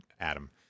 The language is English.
Adam